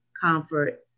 comfort